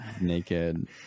naked